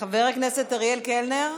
חבר הכנסת אריאל קלנר,